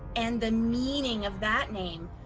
and the meaning of that name.